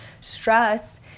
Stress